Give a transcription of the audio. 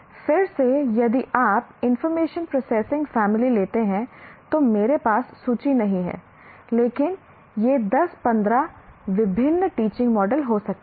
फिर से यदि आप इनफॉरमेशन प्रोसेसिंग फैमिली लेते हैं तो मेरे पास सूची नहीं है लेकिन यह 10 15 विभिन्न टीचिंग मॉडल हो सकते हैं